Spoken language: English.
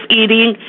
eating